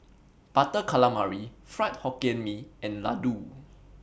Butter Calamari Fried Hokkien Mee and Laddu